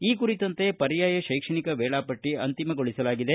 ಈ ಕುರಿತಂತೆ ಪರ್ಯಾಯ ಕೈಕ್ಷಣಿಕ ವೇಳಾಪಟ್ಟಿ ಅಚಿತಿಮಗೊಳಿಸಲಾಗಿದೆ